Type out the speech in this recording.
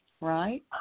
right